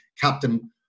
captain